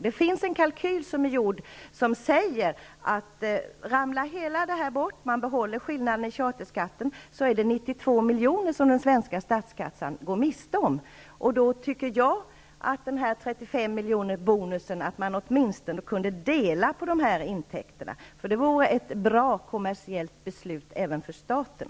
Det finns en kalkyl som visar att om det hela ramlar bort och man behåller skillnaden mellan charterskatterna, är det 92 miljoner som den svenska statskassan går miste om. Då tycker jag att man åtminstone kunde dela på intäkterna, dessa 35 miljoner i bonus. Det vore ett bra kommersiellt beslut även för staten.